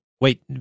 Wait